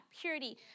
purity